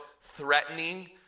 threatening